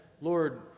Lord